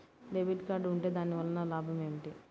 Debit card ఉంటే దాని వలన లాభం ఏమిటీ?